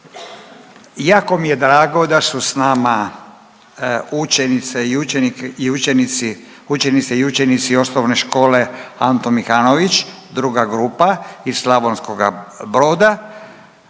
Jako mi je drago da su sa nama učenice i učenici osnovne škole Antun Mihanović druga grupa iz Slavonskoga Broda.